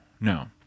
no